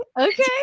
Okay